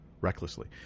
recklessly